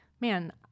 Man